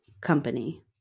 company